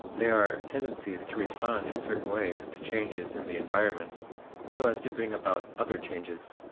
they are tendencies to respond in certain ways to changes in the environment so as to bring about other changes.